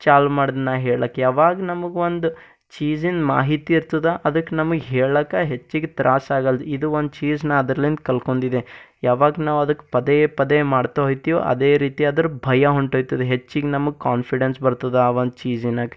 ಛಾಲು ಮಾಡ್ದೆ ನಾ ಹೇಳೋಕ್ಕೆ ಯಾವಾಗ ನಮಗೆ ಒಂದು ಚೀಝಿನ ಮಾಹಿತಿ ಇರ್ತದ ಅದಕ್ಕೆ ನಮಗೆ ಹೇಳಕೆ ಹೆಚ್ಚಿಗೆ ತ್ರಾಸಾಗಲ್ಲದು ಇದು ಒಂದು ಚೀಸ್ ನಾ ಅದ್ರಲ್ಲಿಂದ ಕಲ್ಕೊಂಡಿದ್ದೆ ಯಾವಾಗ ನಾವು ಅದಕ್ಕೆ ಪದೇ ಪದೇ ಮಾಡ್ತಾ ಹೋಯ್ತಿವೋ ಅದೇ ರೀತಿ ಅದರ ಭಯ ಹೊಂಟೋಯ್ತದೆ ಹೆಚ್ಚಿಗೆ ನಮಗೆ ಕಾನ್ಫಿಡೆನ್ಸ್ ಬರ್ತದ ಆ ಒಂದು ಚೀಝಿನಾಗ